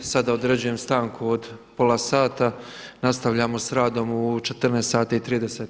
Sada određujem stanku od pola sata, nastavljamo s radom u 14,30.